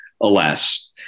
alas